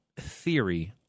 theory